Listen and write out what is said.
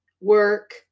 work